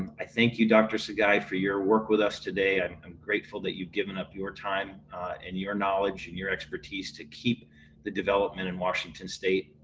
i thank you doctor sugai for your work with us today, and i'm grateful that you've given up your time and your knowledge and your expertise to keep the development in washington state.